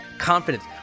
confidence